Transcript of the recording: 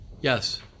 Yes